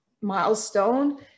Milestone